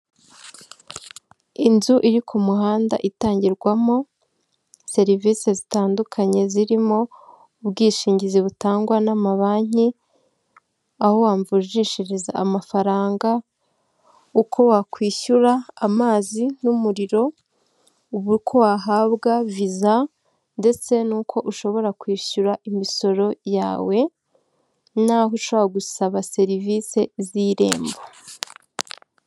Inzu iri ku muhanda itangirwamo serivisi zitandukanye zirimo ubwishingizi butangwa n'amabanki, aho wavunjishiriza amafaranga, uko wakwishyura amazi n'umuriro, ubu uko wahabwa viza ndetse n'uko ushobora kwishyura imisoro yawe naho ushobora gusaba serivisi z'irembo.